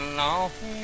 long